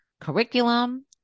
curriculum